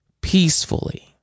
peacefully